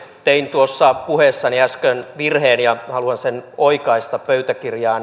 tein tuossa puheessani äsken virheen ja haluan sen oikaista pöytäkirjaan